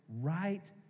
right